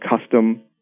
custom